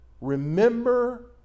Remember